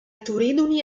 تريدني